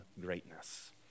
greatness